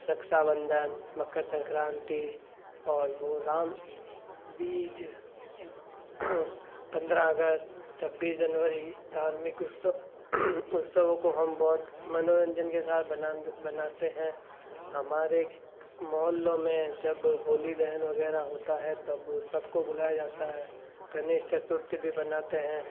रक्षाबंधन मकर संक्रांति और वो राम बीज पन्द्रह अगस्त छब्बीस जनवरी धार्मिक उत्सव उत्सवों को हम बहुत मनोरंजन के साथ बना बनाते हैं हमारे मोहल्लों में जब होली दहन वगैरह होता है तब सबको बुलाया जाता है गणेश चतुर्थी भी बनाते हैं